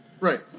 Right